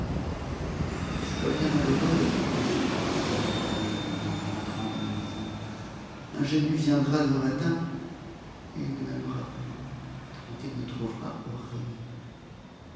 ne suis-je pas bien malheureuse dit-elle à la bergère en rentrant dans la maison ingénu viendra demain matin et il ne m'aimera plus tant il me trouvera horrible